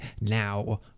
now